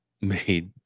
made